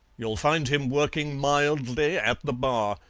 you'll find him working mildly at the bar,